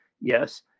yes